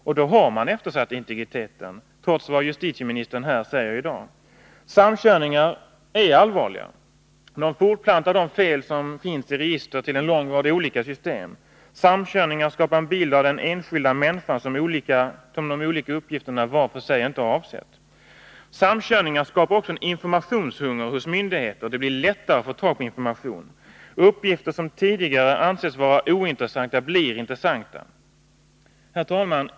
Och då har man eftersatt integriteten, trots vad justitieministern säger i dag. Samkörningar är allvarliga. De fortplantar de fel som finns i register till en lång rad olika system. Samkörningar skapar en bild av den enskilda människan som de olika uppgifterna var för sig inte avsett att åstadkomma. Samkörningar skapar också en informationshunger hos myndigheterna. Det blir lättare att få tag på information. Uppgifter som tidigare ansetts vara ointressanta blir intressanta. Herr talman!